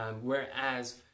whereas